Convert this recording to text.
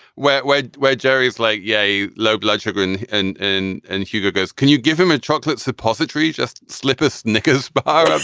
way where jerry is like yay low blood sugar. and and and and hugo goes can you give him a chocolate suppository just slip a snickers bar